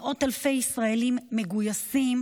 מאות אלפי ישראלים מגויסים,